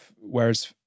whereas